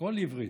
הכול עברית.